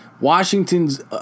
Washington's